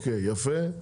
יפה.